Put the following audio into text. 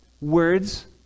Words